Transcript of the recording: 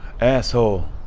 asshole